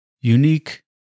unique